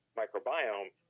microbiome